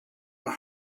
were